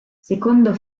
secondo